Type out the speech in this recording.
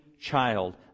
child